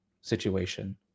situation